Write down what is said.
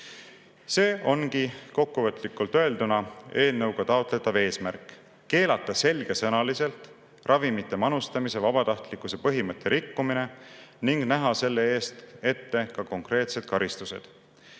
ongi kokkuvõtlikult öelduna eelnõuga taotletav eesmärk: selgesõnaliselt keelata ravimite manustamise vabatahtlikkuse põhimõtte rikkumine ning näha selle eest ette ka konkreetsed karistused.